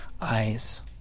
eyes